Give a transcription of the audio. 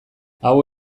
hau